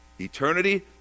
Eternity